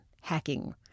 hacking